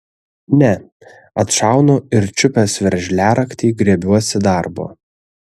ne atšaunu ir čiupęs veržliaraktį griebiuosi darbo